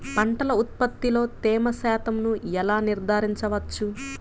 పంటల ఉత్పత్తిలో తేమ శాతంను ఎలా నిర్ధారించవచ్చు?